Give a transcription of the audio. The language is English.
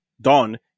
Don